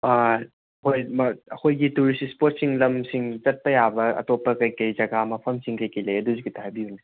ꯑꯥ ꯍꯣꯏ ꯑꯩꯈꯣꯏꯒꯤ ꯇꯧꯔꯤꯁ ꯏꯁꯄꯣꯠꯁꯤꯡ ꯂꯝꯁꯤꯡ ꯆꯠꯄ ꯌꯥꯕ ꯑꯇꯣꯞꯄ ꯀꯩꯀꯩ ꯖꯥꯒ ꯃꯐꯝꯁꯤꯡ ꯀꯩꯀꯩ ꯂꯩ ꯑꯗꯨꯁꯨ ꯈꯤꯇ ꯍꯥꯏꯕꯤꯌꯨꯅꯦ